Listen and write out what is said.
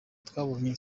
twabonye